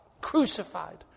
crucified